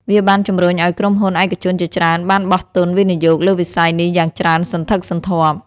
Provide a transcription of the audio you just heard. វាបានជំរុញឲ្យក្រុមហ៊ុនឯកជនជាច្រើនបានបោះទុនវិនិយោគលើវិស័យនេះយ៉ាងច្រើនសន្ធឹកសន្ធាប់។